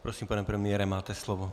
Prosím, pane premiére, máte slovo.